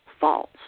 false